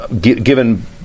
given